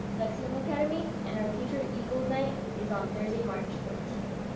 lexium academy. and our future eagle night is on thursday march fourteenth.